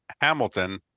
Hamilton